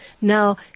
Now